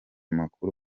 makuru